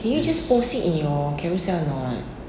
can you just post it in your Carousell not